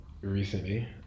recently